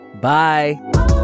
Bye